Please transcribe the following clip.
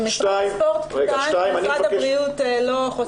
אז משרד הספורט טען שמשרד הבריאות לא חוסם,